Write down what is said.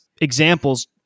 examples